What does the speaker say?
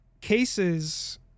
cases